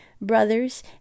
brothers